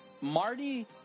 Marty